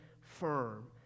firm